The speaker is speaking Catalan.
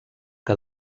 que